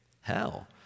hell